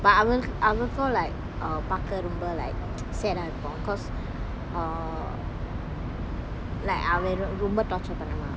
but அவன் அவன்கும்:avan avankum like err பாக்க ரொம்ப:pakka romba like sad ah இருக்கும்:irukkum cause err like அவரு ரொம்ப:avaru romba torture பண்ணுவான்:pannuvan